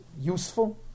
useful